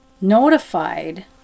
notified